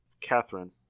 Catherine